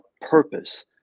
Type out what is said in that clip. purpose